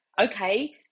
Okay